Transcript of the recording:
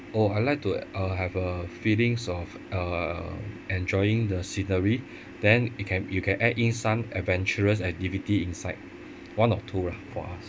oh I like to uh have a feelings of uh enjoying the scenery then you can you can add in some adventurous activity inside one or two lah for us